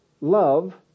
love